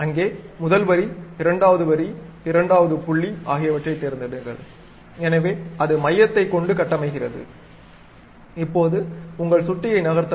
அங்கே முதல் வரி இரண்டாவது வரி இரண்டாவது புள்ளி ஆகியவற்றைத் தேர்ந்தெடுங்கள் எனவே அது மையத்தை கொண்டு கட்டமைக்கிறது இப்போது உங்கள் சுட்டியை நகர்த்தவும்